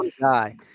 guy